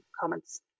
comments